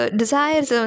desires